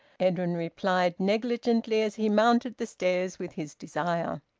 edwin replied negligently, as he mounted the stairs with his desire.